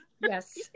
Yes